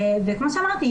כמו שאמרתי,